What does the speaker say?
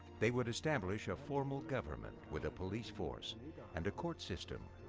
they would establish a formal government with a police force and a court system.